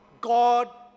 God